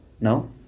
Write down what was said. No